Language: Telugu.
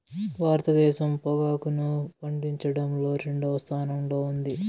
భారతదేశం పొగాకును పండించడంలో రెండవ స్థానంలో ఉంది